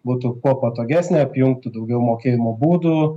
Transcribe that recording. būtų kuo patogesnė apjungtų daugiau mokėjimo būdų